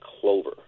clover